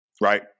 right